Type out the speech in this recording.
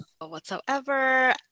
whatsoever